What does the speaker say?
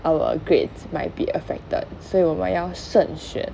our grades might be affected so 我们要 慎选: wo men yao shen xuan